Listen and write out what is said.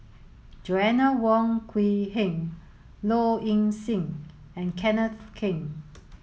Joanna Wong Quee Heng Low Ing Sing and Kenneth Keng